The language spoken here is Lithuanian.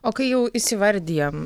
o kai jau įsivardijam